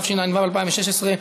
התשע"ו 2016,